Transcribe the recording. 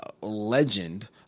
legend